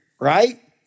right